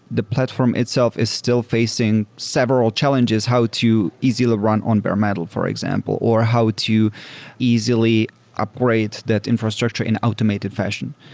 the platform itself is still facing several challenges how to easily run on bare metal, for example, or how to easily operate that infrastructure in an automated fashion.